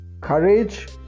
courage